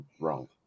wrong